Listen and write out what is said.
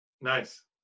Nice